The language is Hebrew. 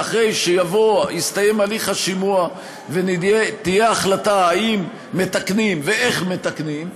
ואחרי שיסתיים הליך השימוע ותהיה החלטה אם מתקנים ואיך מתקנים,